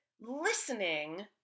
listening